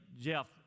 Jeff